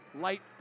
light